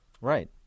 Right